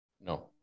No